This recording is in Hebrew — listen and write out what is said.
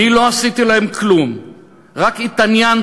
אני לא עשיתי להם כלום, רק התעניינתי.